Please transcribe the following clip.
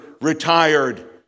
retired